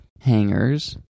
hangers